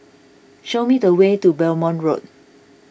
show me the way to Belmont Road